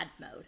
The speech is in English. mode